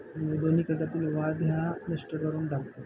दोनी गटातील वाद हा मिस्टर करून टाकतो